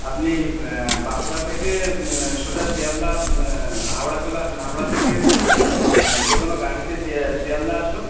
আপনি বাঁকুড়া থেকে সোজা শিয়ালদা হাওড়া চলে আসুন হাওড়া থেকে যে কোনও গাড়িতে শিয়ালদা আসুন